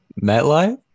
MetLife